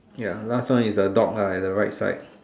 ya last one is a dog ah at the right side